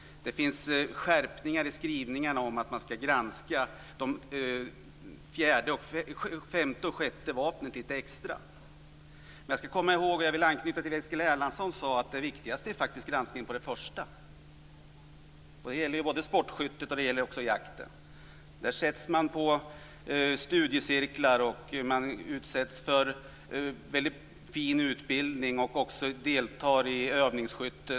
Det finns skärpningar i skrivningarna om att man ska granska femte och sjätte vapnet lite extra. Jag vill anknyta till det Eskil Erlandsson sade om att det viktigaste faktiskt är granskningen av det första. Det gäller både sportskyttet och jakten. Man sätts i studiecirklar och utsätts för väldigt fin utbildning, och man deltar också i övningsskytte.